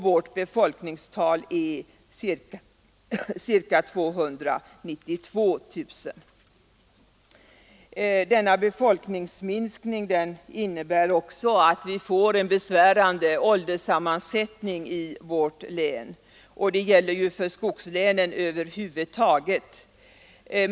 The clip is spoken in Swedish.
Vårt befolkningstal är ca 292 000. a Denna befolkningsminskning innebär också att vi får en besvärande ålderssammansättning i vårt län, och det gäller ju för skogslänen över huvud taget.